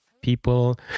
people